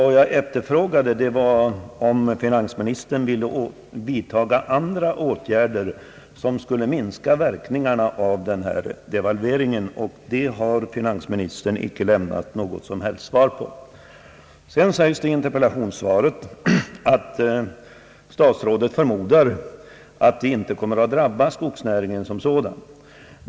Vad jag efterfrågade var om finansministern ville vidta andra åtgärder som skulle minska verkningarna av devalveringarna, och det har finansministern inte lämnat något som helst svar på. Det sägs i interpellationssvaret att statsrådet förmodar att devalveringarna inte kommer att drabba skogsnäringen som sådan.